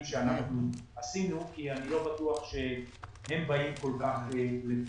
שאנחנו עשינו כי אני לא בטוח שהם באים כל כך לפתחכם.